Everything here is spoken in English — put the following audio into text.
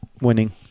winning